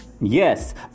yes